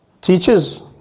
teaches